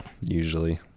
Usually